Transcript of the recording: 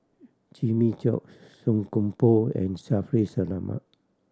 Jimmy Chok Song Koon Poh and Shaffiq Selamat